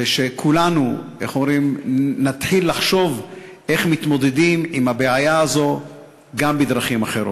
וכולנו נתחיל לחשוב איך מתמודדים עם הבעיה הזאת גם בדרכים אחרות.